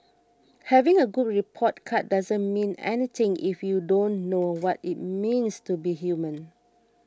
having a good report card doesn't mean anything if you don't know what it means to be human